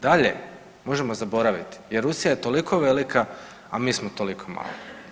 Dalje možemo zaboraviti jer Rusija je toliko velika, a mi smo toliko mali.